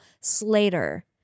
Slater